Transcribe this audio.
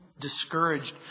discouraged